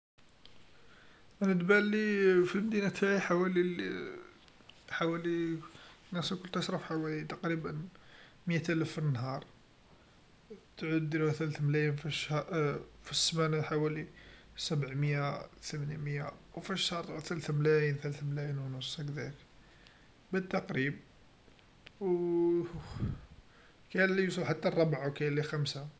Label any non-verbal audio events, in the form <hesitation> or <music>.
أنا تبانلي في المدينه تاعي حوالي <hesitation> حوالي نصرف تصرف حوالي تقريبا مياتلف في النهار، تعود ديرها وحد ثلث ملايين في الشهر <hesitation> في السمانه حوالي سبعميا ثمنميا و في الشهر ثلث ملاين ثلث ملاين و نص هكذاك بالتقريب و كاين ليوصل حتى الربعا و كاين لخمسا.